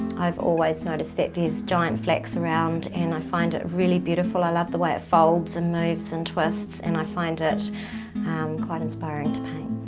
i've always noticed that there's giant flax around and i find it really beautiful. i love the way folds, and moves, and twists and i find it quite inspiring to paint.